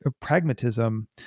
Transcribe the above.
pragmatism